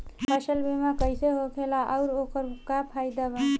फसल बीमा कइसे होखेला आऊर ओकर का फाइदा होखेला?